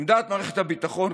עמדת מערכת הביטחון,